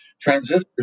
transistors